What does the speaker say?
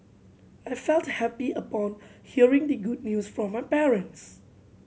I felt happy upon hearing the good news from my parents